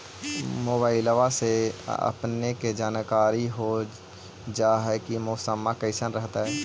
मोबाईलबा से अपने के जानकारी हो जा है की मौसमा कैसन रहतय?